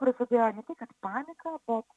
prasidėjo ne tai kad panika bet